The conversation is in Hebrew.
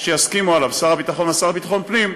שיסכימו עליו שר הביטחון והשר לביטחון הפנים,